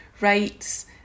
rights